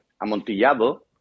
amontillado